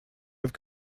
have